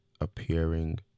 appearing